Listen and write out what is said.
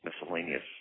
miscellaneous